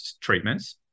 treatments